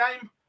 game